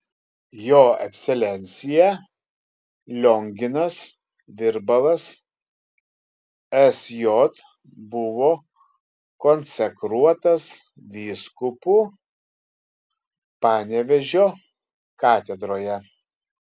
jo ekscelencija lionginas virbalas sj buvo konsekruotas vyskupu panevėžio katedroje